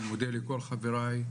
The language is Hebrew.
אני מודה לכל חבריי,